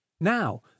Now